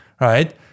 right